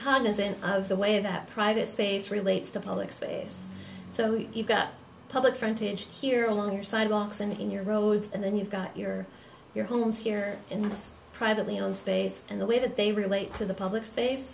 isn't the way that private space relates to public space so you've got public frontage here along your sidewalks and in your roads and then you've got your your homes here in this privately owned space and the way that they relate to the public space